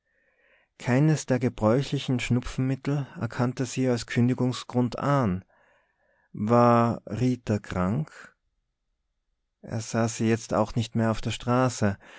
keines der gebräuchlichen schnupfenmittel erkannte sie als kündigungsgrund an war rita krank er sah sie jetzt auch nicht mehr auf der straße